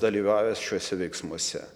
dalyvavęs šiuose veiksmuose